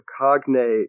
cognate